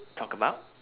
talk about